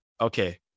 okay